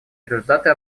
результаты